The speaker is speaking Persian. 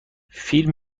فیلم